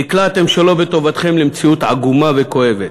נקלעתם שלא בטובתכם למציאות עגומה וכואבת.